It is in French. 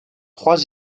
trois